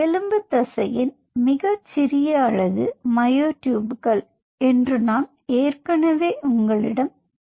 எலும்பு தசையின் மிகச்சிறிய அலகு மயோட்யூப்கள் என்று நான் ஏற்கனவே உங்களிடம் கூறியுள்ளேன்